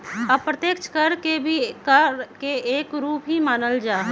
अप्रत्यक्ष कर के भी कर के एक रूप ही मानल जाहई